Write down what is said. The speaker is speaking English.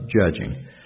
judging